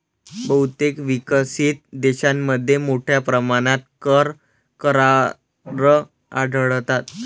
बहुतेक विकसित देशांमध्ये मोठ्या प्रमाणात कर करार आढळतात